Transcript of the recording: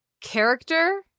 character